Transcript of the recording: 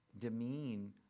demean